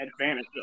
advantage